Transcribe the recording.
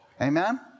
Amen